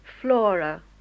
flora